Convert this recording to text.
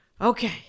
Okay